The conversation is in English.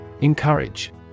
Encourage